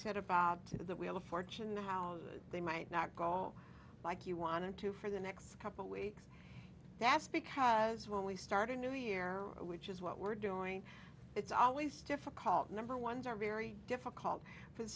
said about the wheel of fortune and how they might not go like you wanted to for the next couple weeks that's because when we start a new year which is what we're doing it's always difficult number ones are very difficult for the